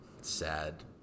sad